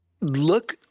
look